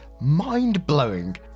mind-blowing